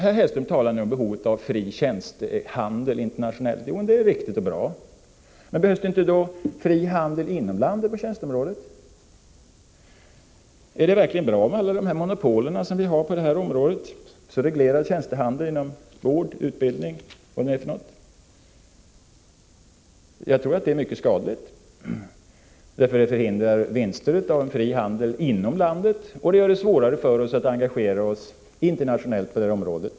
Herr Hellström talar nu om behovet av fri tjänstehandel internationellt. Ja, det är riktigt och bra. Men behövs det då inte fri handel inom landet på tjänsteområdet? Är det verkligen bra med alla de här monopolen som vi har på området och som reglerar tjänstehandeln inom vård, utbildning etc.? Jag tror att detta är mycket skadligt, därför att det förhindrar vinster av en fri handel inom landet, och det gör det svårare för oss att engagera oss internationellt på det här området.